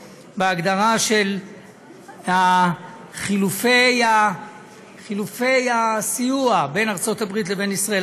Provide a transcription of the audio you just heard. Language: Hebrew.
בהגדרה של חילופי הסיוע בין ארצות הברית לבין ישראל.